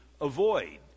avoid